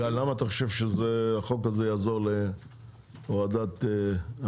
גל, למה אתה חושב שהחוק הזה יעזור להורדת המחירים?